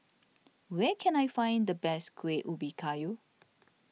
where can I find the best Kuih Ubi Kayu